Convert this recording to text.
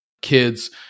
kids